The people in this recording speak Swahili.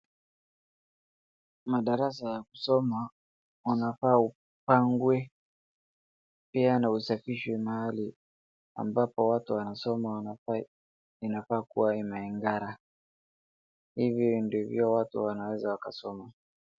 Madarasa ya kusoma yanafaa upangwe, pia na usafishwe mahali ambapo watu wanasoma wanafaa, inafaa kuwa imeng'ara. Hivyo ndivyo watu wanaweza wakasoma.